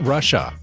Russia